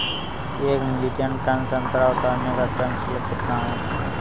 एक metric tonne संतरा उतारने का श्रम शुल्क कितना होगा?